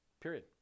Period